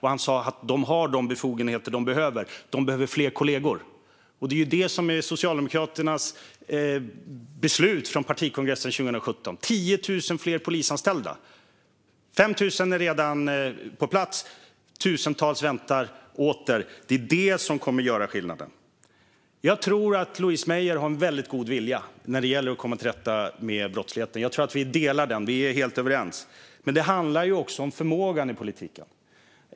Han sa att de har de befogenheter de behöver, men de behöver fler kollegor. Det är det som är Socialdemokraternas beslut från partikongressen 2017: 10 000 fler polisanställda, varav 5 000 redan är på plats. Tusentals väntar åter. Det är detta som kommer att göra skillnad. Jag tror att Louise Meijer har en väldigt god vilja när det gäller att komma till rätta med brottsligheten. Jag tror att vi är helt överens om det. Men det handlar också om förmågan i politiken.